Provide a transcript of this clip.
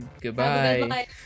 goodbye